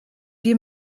wir